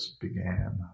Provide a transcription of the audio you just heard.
began